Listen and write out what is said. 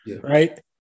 right